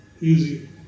easy